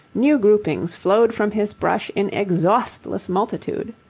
new groupings flowed from his brush in exhaustless multitude.